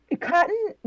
Cotton